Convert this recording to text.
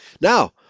Now